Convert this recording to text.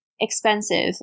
expensive